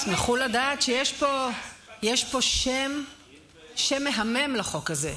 תשמחו לדעת שיש פה שם מהמם לחוק הזה: